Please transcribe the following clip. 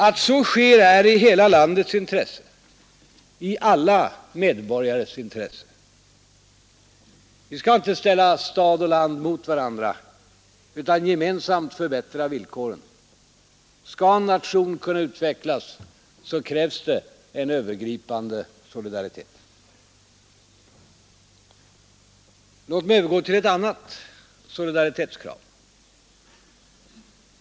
Att så sker är i hela landets intresse, i alla medborgares intresse. Vi skall inte ställa stad och land emot varandra utan gemensamt förbättra villkoren. Skall en nation kunna utvecklas krävs en övergripande solidaritet. Låt mig övergå till ett annat solidaritetskrav.